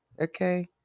Okay